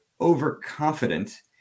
overconfident